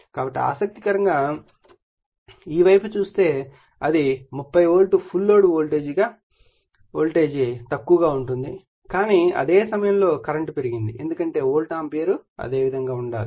కాబట్టి ఆసక్తికరంగా ఈ వైపు చూస్తే అది 30 వోల్ట్ ఫుల్ లోడ్ వోల్టేజ్ తక్కువగా ఉంటుంది కానీ అదే సమయం లో కరెంట్ పెరిగింది ఎందుకంటే వోల్ట్ ఆంపియర్ అదే విధంగా ఉండాలి